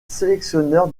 sélectionneur